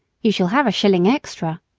you shall have a shilling extra.